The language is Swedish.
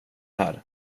här